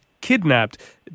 kidnapped